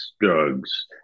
drugs